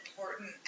important